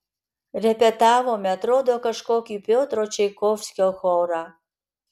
repetavome atrodo kažkokį piotro čaikovskio chorą